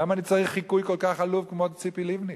למה אני צריך חיקוי כל כך עלוב כמו ציפי לבני?